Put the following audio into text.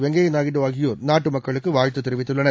வெங்கப்யா நாயுடு ஆகியோர் நாட்டு மக்களுக்கு வாழ்த்து தெரிவித்துள்ளனர்